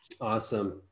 Awesome